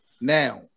Now